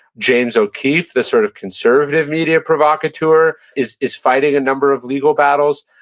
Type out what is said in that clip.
james o'keefe, the sort of conservative media provocateur, is is fighting a number of legal battles.